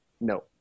No